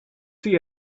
see